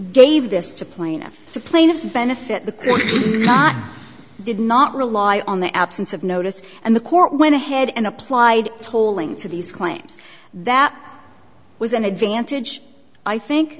gave this to plaintiff to plaintiff benefit the did not rely on the absence of notice and the court went ahead and applied tolling to these claims that was an advantage i think